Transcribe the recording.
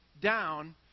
down